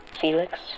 Felix